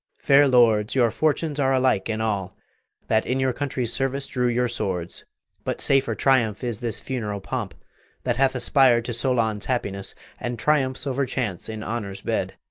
fair lords, your fortunes are alike in all that in your country's service drew your swords but safer triumph is this funeral pomp that hath aspir'd to solon's happiness and triumphs over chance in honour's bed.